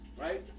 right